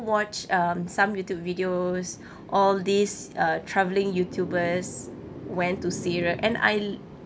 watch um some YouTube videos all these uh travelling youtubers went to syria and I